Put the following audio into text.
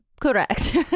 Correct